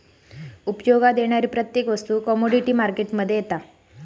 उपयोगात येणारी प्रत्येक वस्तू कमोडीटी मार्केट मध्ये येता